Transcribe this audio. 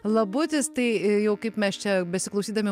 labutis tai jau kaip mes čia besiklausydami